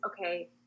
okay